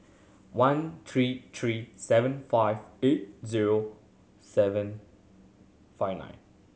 one three three seven five eight zero seven five nine